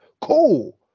Cool